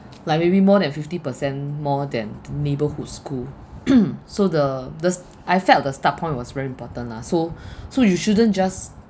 like maybe more than fifty percent more than neighbourhood school so the the I felt the start point was very important lah so so you shouldn't just